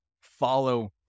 follow